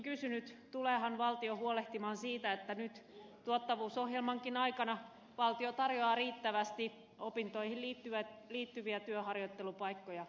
tuleehan valtio huolehtimaan siitä että nyt tuottavuusohjelmankin aikana valtio tarjoaa riittävästi opintoihin liittyviä työharjoittelupaikkoja nuorille